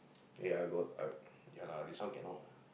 eh I got I ya lah this one cannot